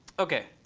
ok,